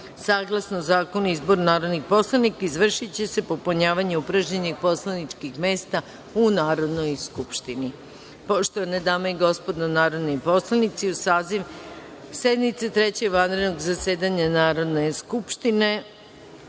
smrti. Saglasno Zakonu o izboru narodnih poslanika, izvršiće se popunjavanje upražnjenih poslaničkih mesta u Narodnoj skupštini. Poštovane dame i gospodo narodni poslanici, uz saziv sednice Trećeg vanrednog zasedanja Narodne skupštine